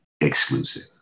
exclusive